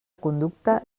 conducta